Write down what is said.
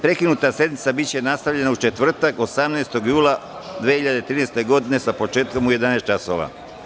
Prekinuta sednica biće nastavljena u četvrtak 18. jula 2013. godine, sa početkom u 11,00 časova.